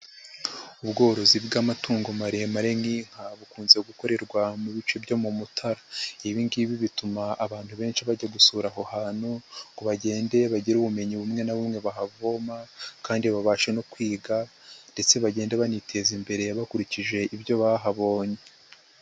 Ubworozi bw'amatungo maremare nk'inka bukunze gukorerwa mu bice byo mu mutara. Ibi ngibi bituma abantu benshi bajya gusura aho hantu ngo bagende bagire ubumenyi bumwe na bumwe bahavoma, kandi babashe no kwiga ndetse bagende baniteza imbere bakurikije ibyo bahabonye.